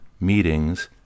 meetings